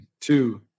Two